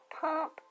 pump